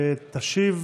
תשיב